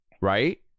right